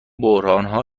بحرانها